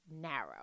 narrow